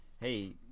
hey